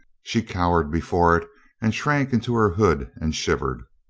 she cowered before it and shrank into her hood and shivered.